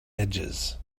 edges